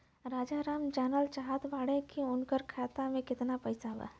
राजाराम जानल चाहत बड़े की उनका खाता में कितना पैसा बा?